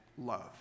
love